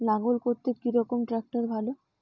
লাঙ্গল করতে কি রকম ট্রাকটার ভালো?